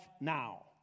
now